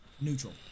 neutral